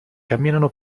camminano